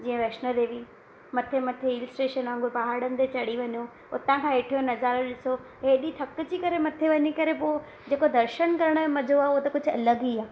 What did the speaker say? जीअं वैष्णो देवी मथे मथे हिल स्टेशन आहे उए पहाड़नि ते चढ़ी वञो उतां खां हेठियों नज़ारो ॾिसो हेॾी थकजी करे मथे वञी करे पोइ जेको दर्शन करण जो मज़ो आहे उहो त कुझु अलॻि ई आहे